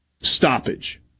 stoppage